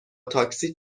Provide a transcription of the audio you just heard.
تاکسی